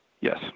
Yes